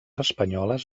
espanyoles